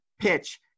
PITCH